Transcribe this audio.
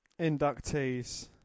inductees